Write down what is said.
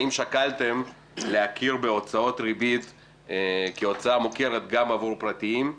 האם שקלתם להכיר בהוצאות ריבית כהוצאה מוכרת גם עבור פרטיים?